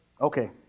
Okay